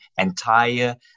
entire